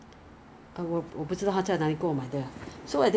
我没有买什么啦我没有买东西买鞋子